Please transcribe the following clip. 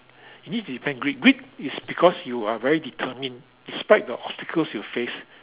you need to depend grit grit is because you are very determined in spite the obstacles you face